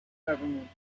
government